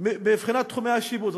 מבחינת תחומי השיפוט.